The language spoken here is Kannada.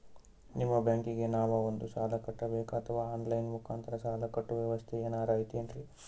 ನಿಮ್ಮ ಬ್ಯಾಂಕಿಗೆ ನಾವ ಬಂದು ಸಾಲ ಕಟ್ಟಬೇಕಾ ಅಥವಾ ಆನ್ ಲೈನ್ ಮುಖಾಂತರ ಸಾಲ ಕಟ್ಟುವ ವ್ಯೆವಸ್ಥೆ ಏನಾರ ಐತೇನ್ರಿ?